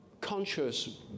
conscious